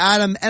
Adam